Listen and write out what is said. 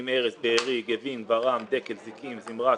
בארי, גבים, ברעם, דגל, זיקים, זמרת.